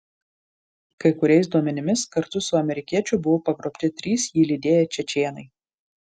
kai kuriais duomenimis kartu su amerikiečiu buvo pagrobti trys jį lydėję čečėnai